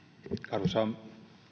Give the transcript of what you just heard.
arvoisa